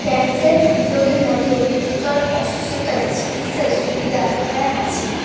cancer হৃদ্রোগের মতো অসুস্থতার চিকিৎসার সুবিধা হ্যাঁ আছে